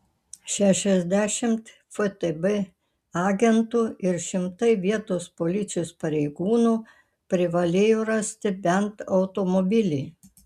šešiasdešimt ftb agentų ir šimtai vietos policijos pareigūnų privalėjo rasti bent automobilį